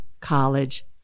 college